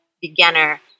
beginner